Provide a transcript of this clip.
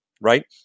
right